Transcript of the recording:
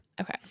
Okay